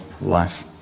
life